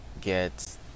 get